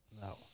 No